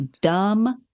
dumb